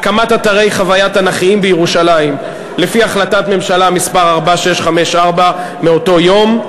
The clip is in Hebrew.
הקמת אתרי חוויה תנ"כיים בירושלים לפי החלטת הממשלה 4654 מאותו יום,